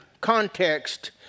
context